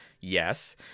Yes